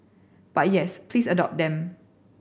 but yes please adopt them